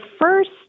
first